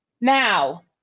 now